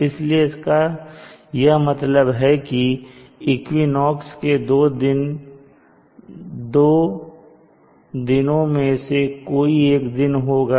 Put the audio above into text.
इसलिए इसका यह मतलब है कि यह इक्विनोक्स के दो तीनों में से कोई एक दिन होगा